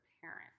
parent